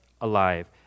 alive